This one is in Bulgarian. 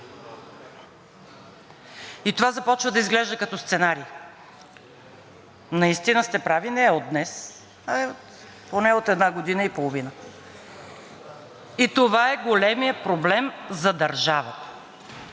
И това започва да изглежда като сценарий. Наистина сте прави, не е от днес, а е поне от една година и половина. И това е големият проблем за държавата.